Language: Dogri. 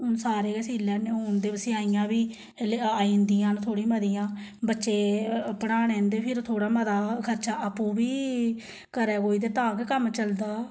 हून सारे गै सी लैन्ने हून ते सेयाइयां बी आई जंदियां न थोह्ड़ी मतियां बच्चे पढ़ाने न ते फिर थोह्ड़ा मता खर्चा आपूं बी करै कोई ते तां गै कम्म चलदा